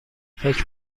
فکر